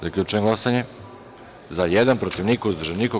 Zaključujem glasanje: za – jedan, protiv – niko, uzdržanih – nema.